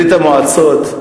ברית-המועצות,